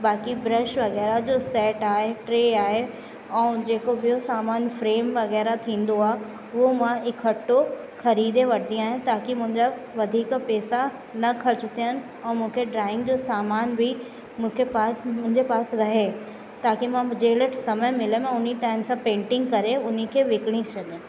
बाक़ी ब्रश वग़ैरा जो सेट आए ट्रे आहे ऐं जेको ॿियो सामान फ़्रेम वग़ैरह थींदो आहे उहो मां इकठो ख़रीदे वठंदी आहियां ताकि मुंहिंजा वधीक पैसा न ख़र्च थियनि ऐं मूंखे ड्राइंग जो सामान बि मूंखे पास मुंहिंजे पास रहे ताकि मां जहिड़े समय मिले मां हुन टाइम सां पेंटिंग करे हुनखे विकिणी सघां